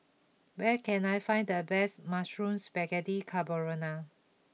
where can I find the best Mushroom Spaghetti Carbonara